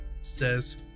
says